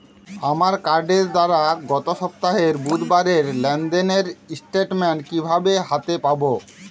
আমার কার্ডের দ্বারা গত সপ্তাহের বুধবারের লেনদেনের স্টেটমেন্ট কীভাবে হাতে পাব?